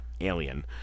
Alien